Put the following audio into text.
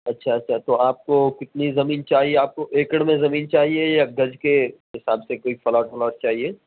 اچھا اچھا تو آپ کو کتنی زمین چاہیے آپ کو ایکڑ میں زمین چاہیے یا گز کے حساب سے کوئی پلاٹ ولاٹ چاہیے